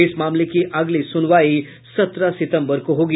इस मामले की अगली सुनवाई सत्रह सितम्बर को होगी